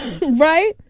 Right